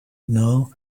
know